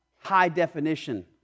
high-definition